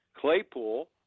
Claypool